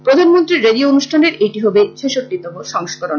প্রধানমন্ত্রীর রেডিও অনুষ্ঠানের এটি হবে ছেষট্টিতম সংস্করণ